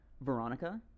Veronica